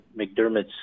McDermott's